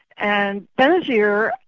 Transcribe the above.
and benazir,